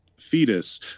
fetus